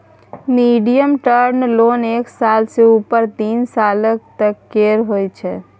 medium term loan एक साल सँ उपर तीन सालक तक केर होइ छै